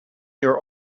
your